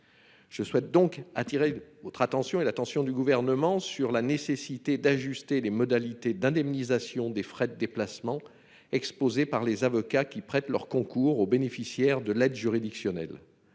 Je souhaite donc attirer l'attention du Gouvernement sur la nécessité d'ajuster les modalités d'indemnisation des frais de déplacement engagés par les avocats qui prêtent leur concours aux bénéficiaires de l'aide juridictionnelle